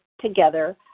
together